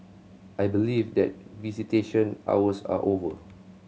I believe that visitation hours are over